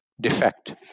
defect